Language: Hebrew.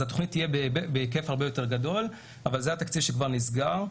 אז התוכנית תהיה בהיקף הרבה יותר גדול אבל זה התקציב שכבר נסגר.